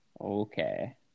okay